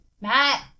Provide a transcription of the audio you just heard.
Matt